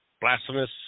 Blasphemous